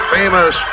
famous